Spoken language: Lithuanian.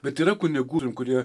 bet yra kunigų kurie